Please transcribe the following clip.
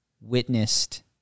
witnessed